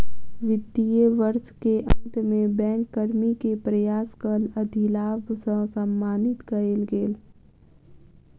वित्तीय वर्ष के अंत में बैंक कर्मी के प्रयासक अधिलाभ सॅ सम्मानित कएल गेल